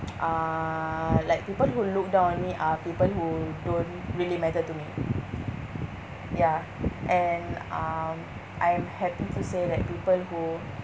uh like people who look down on me are people who don't really matter to me ya and um I'm happy to say that people who